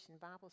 Bible